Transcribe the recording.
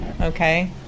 okay